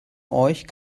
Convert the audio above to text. euch